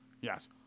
Yes